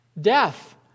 death